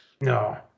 no